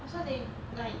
oh so they like